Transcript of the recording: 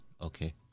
Okay